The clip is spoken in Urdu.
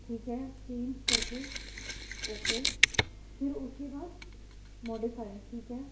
ٹھیک ہے چینج کر کے اوکے پھر اس کے بعد موڈیفائی ٹھیک ہے